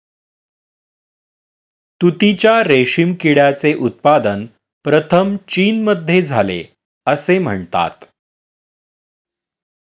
तुतीच्या रेशीम किड्याचे उत्पादन प्रथम चीनमध्ये झाले असे म्हणतात